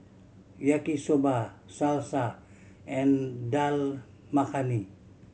Yaki Soba Salsa and Dal Makhani